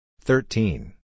thirteen